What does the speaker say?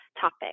topic